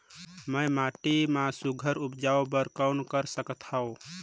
मैं माटी मा सुघ्घर उपजाऊ बर कौन कर सकत हवो?